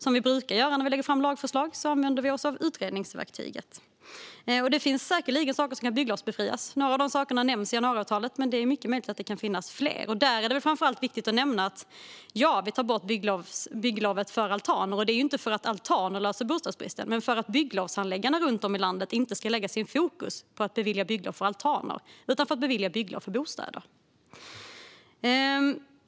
Som vi brukar göra när vi lägger fram lagförslag använder vi oss av utredningsverktyget. Det finns säkerligen saker som kan bygglovsbefrias. Några av de sakerna nämns i januariavtalet, men det är mycket möjligt att det finns fler. Här är det viktigt att nämna att vi tar bort bygglovskravet för altaner, ja, men inte för att altaner löser bostadsbristen utan för att bygglovshandläggarna runt om i landet inte ska lägga tid på att bevilja bygglov för altaner utan fokusera på att bevilja bygglov för bostäder.